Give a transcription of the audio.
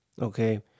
Okay